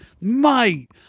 mate